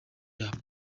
yabo